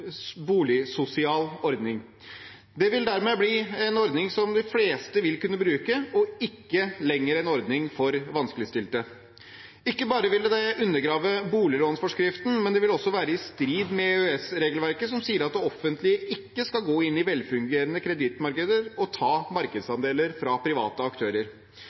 boligsosial ordning. Det vil dermed bli en ordning som de fleste vil kunne bruke, og ikke lenger være en ordning for vanskeligstilte. Ikke bare ville det undergravet boliglånsforskriften, men det vil også være i strid med EØS-regelverket, som sier at det offentlige ikke skal gå inn i velfungerende kredittmarkeder og ta markedsandeler fra private aktører.